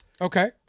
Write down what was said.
Okay